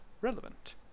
relevant